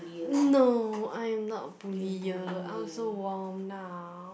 no I'm not bully you I'm so warm now